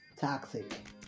toxic